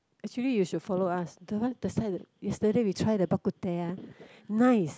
actually you should follow us the what yesterday we try the Bak Kut Teh uh nice